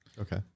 Okay